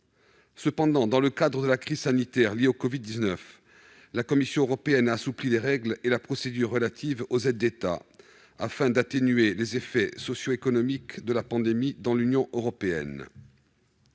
le CIIC. Dans le cadre de la crise sanitaire liée au covid-19, la Commission européenne a assoupli les règles et la procédure relatives aux aides d'État, afin d'atténuer les effets socioéconomiques de la pandémie dans l'Union européenne.